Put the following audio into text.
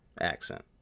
accent